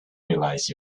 realize